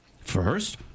First